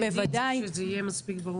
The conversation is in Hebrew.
--- שזה יהיה מספיק ברור.